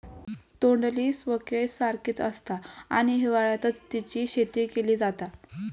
तोंडली स्क्वैश सारखीच आसता आणि हिवाळ्यात तेची शेती केली जाता